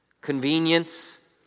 Convenience